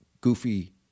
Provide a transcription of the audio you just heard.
goofy